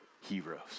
Heroes